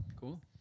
cool